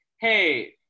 hey